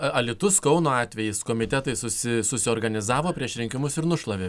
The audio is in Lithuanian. alytus kauno atvejis komitetai susiorganizavo prieš rinkimus ir nušlavė